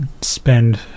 spend